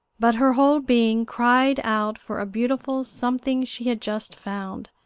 but her whole being cried out for a beautiful something she had just found,